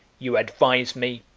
you advise me,